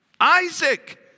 Isaac